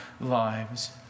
lives